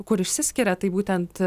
kur išsiskiria tai būtent